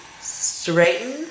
Straighten